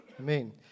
Amen